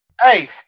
Hey